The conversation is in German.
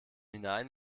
hinein